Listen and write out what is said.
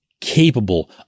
capable